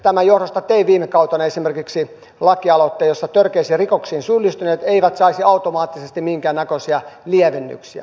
tämän johdosta tein viime kautena esimerkiksi lakialoitteen jossa törkeisiin rikoksiin syyllistyneet eivät saisi automaattisesti minkään näköisiä lievennyksiä